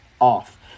off